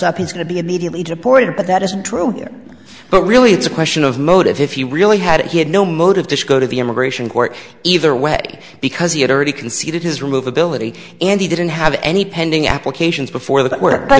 up he's going to be immediately deported but that isn't true here but really it's a question of motive if you really had it he had no motive to go to the immigration court either way because he had already conceded his remove ability and he didn't have any pending applications before that were